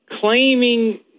claiming